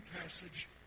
passage